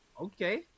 Okay